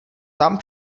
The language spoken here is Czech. tam